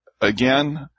again